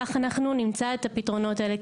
כך אנחנו נמצא את הפתרונות האלה.